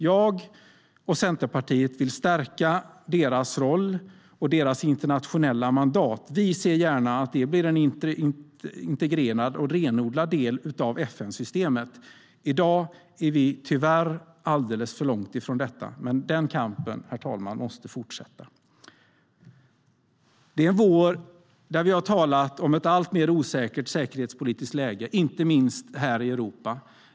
Jag och Centerpartiet vill stärka dess roll och internationella mandat. Vi ser gärna att det blir en integrerad och renodlad del av FN-systemet. I dag är vi tyvärr alldeles för långt från detta, men den kampen, herr talman, måste fortsätta. Detta är en vår då vi talat om ett alltmer osäkert säkerhetspolitiskt läge, inte minst här i Europa.